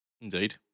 indeed